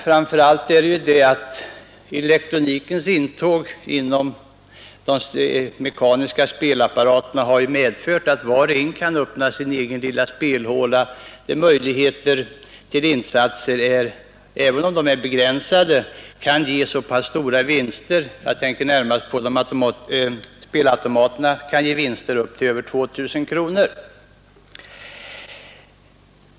Framför allt har elektronikens intåg inom de mekaniska spelapparaternas område medfört att var och en kan öppna sin egen lilla spelhåla där insatserna, även om de är begränsade, kan ge stora vinster. Spelautomaterna t.ex. kan ge vinster på över 2 000 kronor.